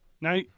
Now